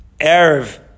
Erev